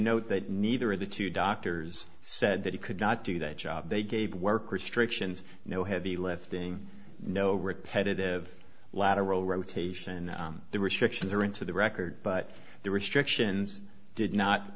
note that neither of the two doctors said that he could not do that job they gave work restrictions no heavy lifting no repetitive lateral rotation and the restriction there into the record but the restrictions did not